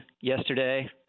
yesterday